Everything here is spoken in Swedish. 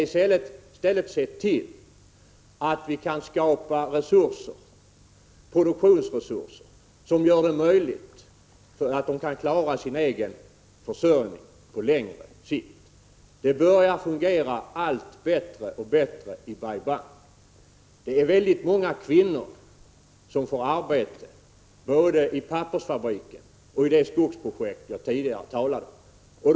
I stället skall vi se till att vi kan skapa produktionsresurser som gör det möjligt för utvecklingsländerna att på längre sikt själva klara sin försörjning. Det börjar fungera allt bättre i Bai Bang. Väldigt många kvinnor får arbete både i pappersfabriken och i det skogsprojekt som jag tidigare talade om.